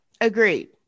agreed